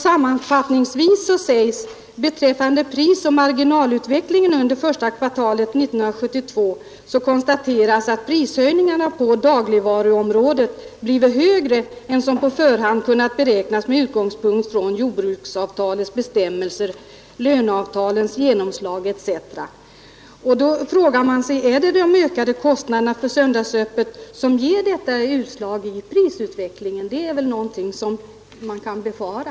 Sammanfattningsvis sägs att beträffande prisoch marginalutvecklingen under första kvartalet 1972 konstateras att prishöjningarna på dagligvaruområdet blivit högre än som på förhand kunnat beräknas med utgångspunkt i jordbruksavtalets bestämmelser, löneavtalens genomslag etc. Är det de ökade kostnaderna för söndagsöppet som ger detta utslag i prisutvecklingen? Det är väl något som man kan befara.